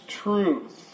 truth